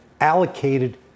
allocated